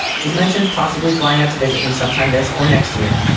she's mentioned possibly flying out to visit me sometime this or next year,